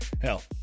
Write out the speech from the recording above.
Hell